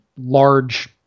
large